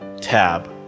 tab